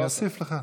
אני אוסיף לך.